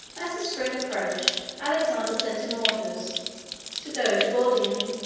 as the spring approached alexander sent him orders to go to gordium,